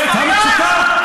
להצביע,